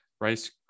Rice